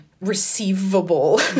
Receivable